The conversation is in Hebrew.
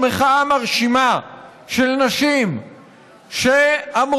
מחאה מרשימה של נשים שאמרו,